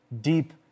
deep